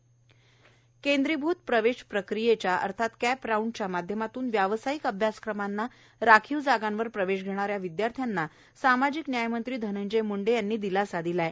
cap round केंद्रीभूत प्रवेश प्रक्रियेच्या अर्थात कॅप राउंड माध्यमातून व्यावसायिक अभ्यासक्रमास राखीव जागांवर प्रवेश घेणाऱ्या विदयार्थ्यांना सामाजिक न्याय मंत्री धनंजय मुंडे यांनी दिलासा दिला आहे